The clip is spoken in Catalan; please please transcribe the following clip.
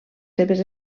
seves